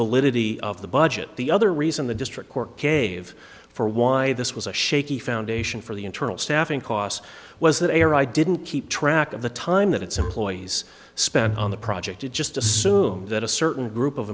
validity of the budget the other reason the district court gave for why this was a shaky foundation for the internal staffing costs was an error i didn't keep track of the time that its employees spent on the project to just assume that a certain group of